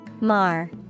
Mar